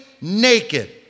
naked